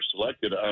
selected